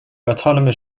autonomous